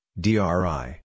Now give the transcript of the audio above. DRI